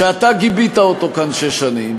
שאתה גיבית אותו כאן שש שנים,